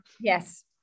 yes